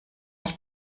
ich